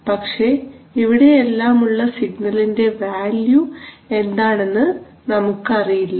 പക്ഷേ ഇവിടെയെല്ലാം ഉള്ള സിഗ്നലിന്റെ വാല്യൂ എന്താണെന്ന് നമുക്ക് അറിയില്ല